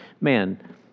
man